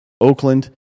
Oakland